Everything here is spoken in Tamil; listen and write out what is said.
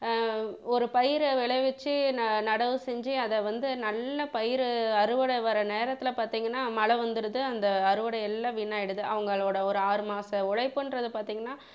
ஒரு பயிரை விளைவிச்சு ந நடவு செஞ்சு அதை வந்து நல்ல பயிர் அறுவடை வர நேரத்தில் பார்த்தீங்கன்னா மழை வந்துடுது அந்த அறுவடை எல்லாம் வீணாகிடுது அவர்களோட ஒரு ஆறு மாத உழைப்புன்றது பார்த்தீங்கன்னா